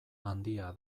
handia